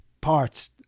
parts